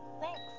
thanks